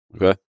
okay